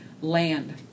land